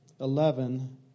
Eleven